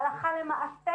הלכה למעשה,